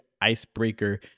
icebreaker